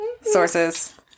sources